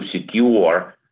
secure